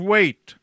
Wait